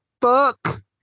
fuck